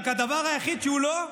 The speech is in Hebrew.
רק הדבר היחיד שהוא לא,